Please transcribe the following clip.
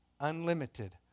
unlimited